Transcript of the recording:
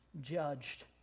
judged